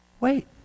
wait